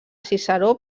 ciceró